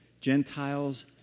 Gentiles